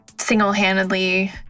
single-handedly